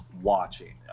watching